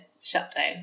shutdown